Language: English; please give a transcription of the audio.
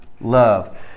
love